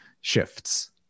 shifts